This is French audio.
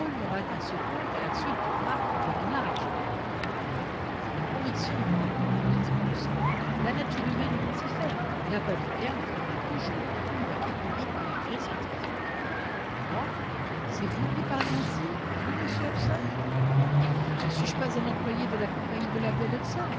pôle n'aura atteint ce point qu'à la suite d'une martre ou d'un renard argenté c'est ma conviction madame reprit jasper hobson la nature humaine est ainsi faite et l'appât du gain entraînera toujours l'homme plus loin et plus vite que l'intérêt scientifique quoi c'est vous qui parlez ainsi vous monsieur hobson mais ne suis-je pas un employé de la compagnie de la baie d'hudson